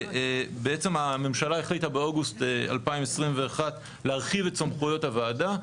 הממשלה החליטה באוגוסט 2021 להרחיב את סמכויות הוועדה.